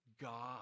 God